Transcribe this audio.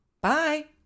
Bye